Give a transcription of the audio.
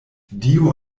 dio